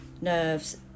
nerves